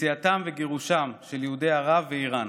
וגירושם של יהודי ערב ואיראן.